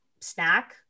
snack